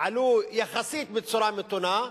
עלו יחסית בצורה מתונה,